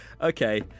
Okay